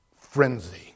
frenzy